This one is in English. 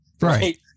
Right